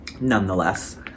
Nonetheless